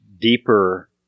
deeper